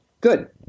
Good